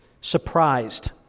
surprised